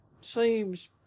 seems